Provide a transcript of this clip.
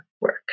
work